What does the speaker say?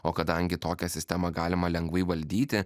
o kadangi tokią sistemą galima lengvai valdyti